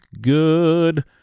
good